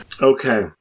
Okay